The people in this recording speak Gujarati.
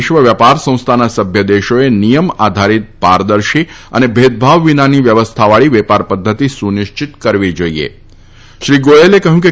વિશ્વ વેપાર સંસ્થાના સભ્ય દેશોએ નિયમ આધારીત પારદર્શી અને ભેદભાવ વિનાની વ્યવસ્થાવાળી વેપાર પદ્વતિ સુનિશ્ચિત કરવી જાઈએશ્રી ગોથલે કહ્યું કે